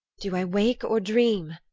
do i wake or dream?